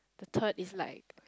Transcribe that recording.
the turd is like